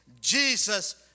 Jesus